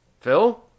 Phil